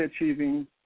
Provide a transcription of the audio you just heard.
achieving